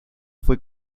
fue